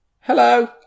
Hello